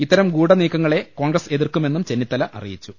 ഇത്തരം ഗൂഢ നീക്കങ്ങളെ കോൺഗ്രസ് എതിർക്കുമെന്നും ചെന്നിത്തല അറിയിച്ചു